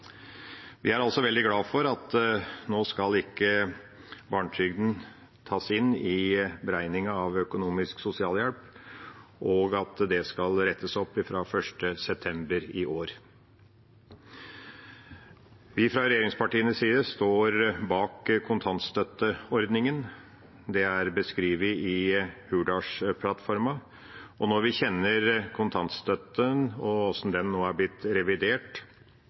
Vi er også veldig glad for at barnetrygden nå ikke skal tas inn i beregningen av økonomisk sosialhjelp, og at det skal rettes opp fra 1. september i år. Vi fra regjeringspartienes side står bak kontantstøtteordningen. Det er beskrevet i Hurdalsplattformen. Når vi kjenner til kontantstøtten og hvordan den nå er blitt revidert,